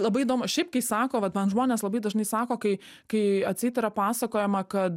labai įdomu šiaip kai sako vat man žmonės labai dažnai sako kai kai atseit yra pasakojama kad